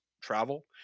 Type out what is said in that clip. travel